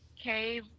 Okay